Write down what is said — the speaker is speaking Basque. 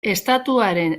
estatuaren